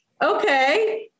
okay